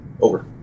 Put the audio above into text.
Over